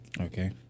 Okay